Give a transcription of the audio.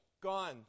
gone